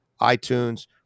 iTunes